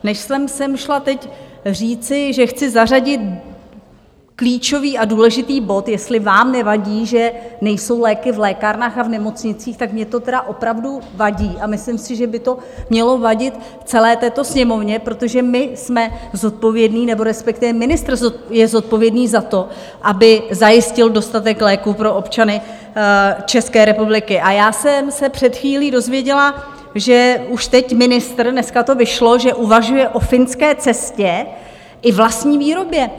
Než jsem sem šla teď říci, že chci zařadit klíčový a důležitý bod, jestli vám nevadí, že nejsou léky v lékárnách a v nemocnicích, tak mně to tedy opravdu vadí a myslím si, že by to mělo vadit celé této Sněmovně, protože my jsme zodpovědní, nebo respektive ministr je zodpovědný za to, aby zajistil dostatek léků pro občany České republiky, tak jsem se před chvílí dozvěděla, že už teď ministr dneska to vyšlo uvažuje o finské cestě i vlastní výrobě.